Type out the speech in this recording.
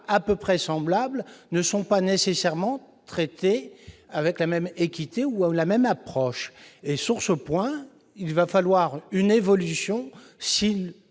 cas presque semblables ne sont pas nécessairement traités avec la même équité ou la même approche. Sur ce point, il faudra une évolution si